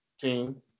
team